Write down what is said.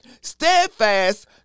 steadfast